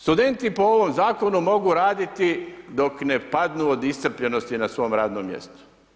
Studenti po ovom zakonu mogu raditi dok ne padnu od iscrpljenosti na svom radnom mjestu.